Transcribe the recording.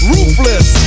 Ruthless